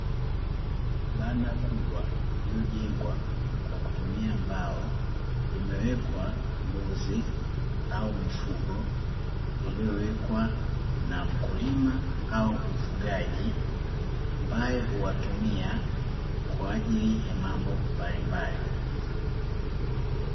Banda kubwa iliyojengwa kwa kutumia mbao, limewekwa mbuzi au mifugo iliyowekwa na mkulima au mfugaji ambaye huwatumia kwa ajili ya mambo mbalimbali.